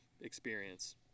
experience